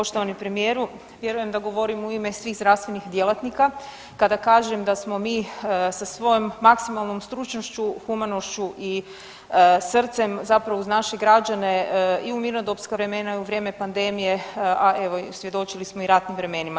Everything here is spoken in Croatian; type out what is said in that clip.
Poštovani premijeru, vjerujem da govorim u ime svih zdravstvenih djelatnika kada kažem da smo mi sa svojom maksimalnom stručnošću, humanošću i srcem zapravo uz naše građane i u mirnodopska vremena i u vrijeme pandemije, a evo i svjedočili smo i ratnim vremenima.